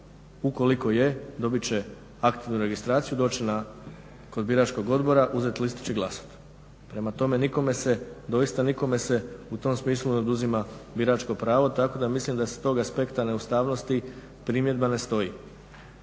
ukoliko je dobit će aktivnu registraciju, doći kod biračkog odbora, uzeti listić i glasati. Prema tome, nikome se doista u tom smislu ne oduzima biračko pravo tako da mislim da s tog aspekta neustavnosti primjedba ne stoji.